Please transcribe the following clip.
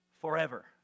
forever